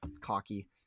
cocky